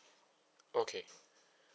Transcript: okay